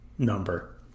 number